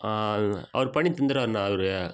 அவ் அவர் பண்ணி தந்துடுவாருண்ணா அவர்